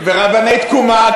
ורבני תקומה.